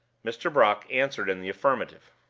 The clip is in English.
mr. brock answered in the affirmative.